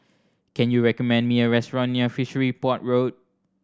can you recommend me a restaurant near Fishery Port Road